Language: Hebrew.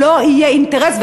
לא יהיה אינטרס,